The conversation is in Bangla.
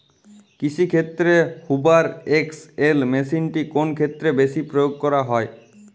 কৃষিক্ষেত্রে হুভার এক্স.এল মেশিনটি কোন ক্ষেত্রে বেশি প্রয়োগ করা হয়?